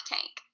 Tank